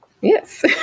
Yes